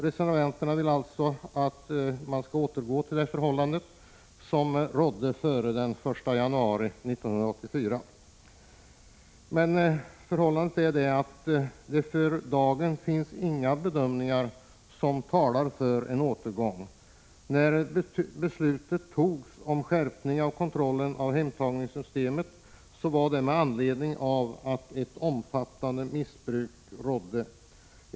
Reservanterna vill alltså att man skall återgå till det förhållande som rådde före den 1 januari 1984. Förhållandet är att det för dagen inte finns några bedömningar som talar för en återgång. När beslutet togs om en skärpning av kontrollen av hemtagningssystemet, var det med anledning av att ett omfattande missbruk rådde.